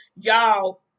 y'all